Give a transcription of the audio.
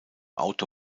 auto